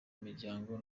miryango